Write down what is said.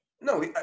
No